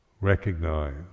recognize